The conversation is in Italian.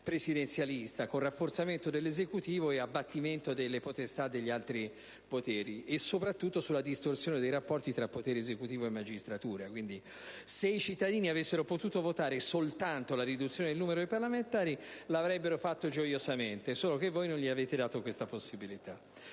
presidenzialista, con un rafforzamento dell'Esecutivo, un abbattimento delle potestà degli altri poteri e una distorsione dei rapporti tra il potere esecutivo e la magistratura. Se i cittadini avessero potuto votare soltanto la riduzione del numero dei parlamentari, l'avrebbero fatto gioiosamente, solo che voi non avete dato loro questa possibilità.